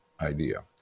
idea